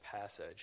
passage